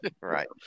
right